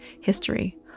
history